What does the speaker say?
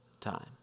time